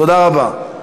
תודה רבה.